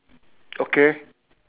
okay